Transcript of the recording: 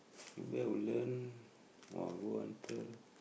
go back Woodland [wah] go until